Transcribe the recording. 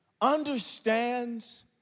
understands